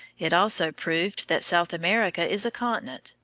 it also proved that south america is a continent,